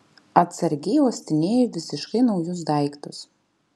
atsargiai uostinėju visiškai naujus daiktus